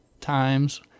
times